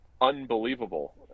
unbelievable